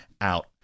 out